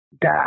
die